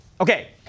Okay